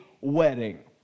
wedding